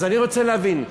אז אני רוצה להבין,